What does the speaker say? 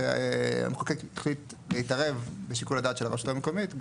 המחוקק החליט להתערב בשיקול הדעת של הרשות המקומית.